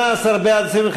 מצביעים.